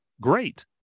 great